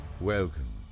Welcome